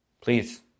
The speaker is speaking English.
please